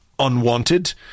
unwanted